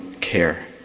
care